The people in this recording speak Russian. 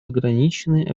ограничены